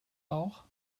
bauch